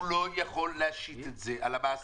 הוא לא יכול להשית את זה על המעסיק.